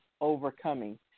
overcoming